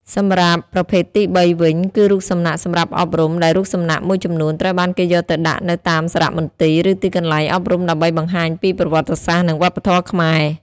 សម្រាប់ប្រភេទទីបីវិញ គឺរូបសំណាកសម្រាប់អប់រំ ដែលរូបសំណាកមួយចំនួនត្រូវបានគេយកទៅដាក់នៅតាមសារមន្ទីរ ឬទីកន្លែងអប់រំដើម្បីបង្ហាញពីប្រវត្តិសាស្ត្រ និងវប្បធម៌ខ្មែរ។